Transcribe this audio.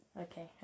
Okay